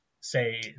say